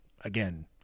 again